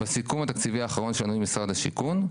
בסיכום התקציבי האחרון שעולה ממשרד השיכון,